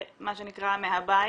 מה שנקרא מהבית,